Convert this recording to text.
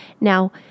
Now